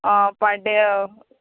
आं पाड्डें